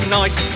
nice